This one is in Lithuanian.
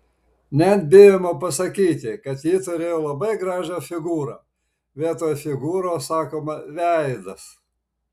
net bijoma pasakyti kad ji turėjo labai gražią figūrą vietoj figūros sakoma veidas